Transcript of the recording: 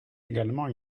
également